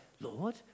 Lord